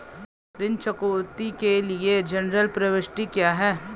ऋण चुकौती के लिए जनरल प्रविष्टि क्या है?